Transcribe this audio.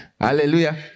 hallelujah